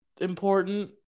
important